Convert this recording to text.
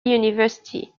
university